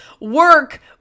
work